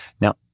Now